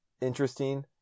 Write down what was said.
interesting